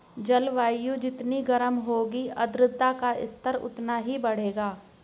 जलवायु जितनी गर्म होगी आर्द्रता का स्तर उतना ही बढ़ेगा